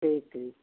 ठीक ठीक